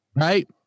right